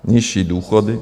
Nižší důchody.